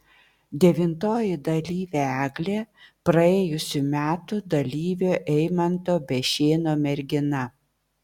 devintoji dalyvė eglė praėjusių metų dalyvio eimanto bešėno mergina